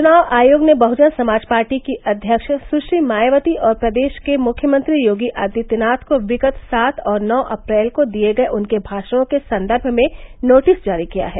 चुनाव आयोग ने बहुजन समाज पार्टी की अध्यक्ष सुश्री मायावती और प्रदेश के मुख्यमंत्री योगी आदित्यनाथ को विगत सात और नौ अप्रैल को दिए गये उनके भाषणों के संदर्भ में नोटिस जारी किया है